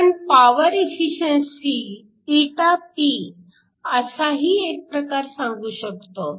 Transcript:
आपण power efficiency ηp असाही एक प्रकार सांगू शकतो